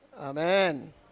Amen